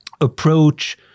approach